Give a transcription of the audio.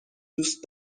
دوست